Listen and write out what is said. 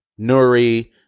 Nuri